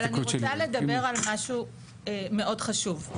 אבל אני רוצה לדבר על משהו מאוד חשוב.